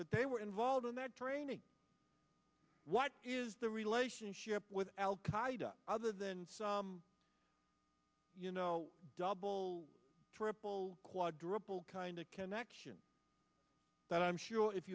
that they were involved in that training what is the relationship with al qaida other than you know double triple quadruple kind of connection that i'm sure if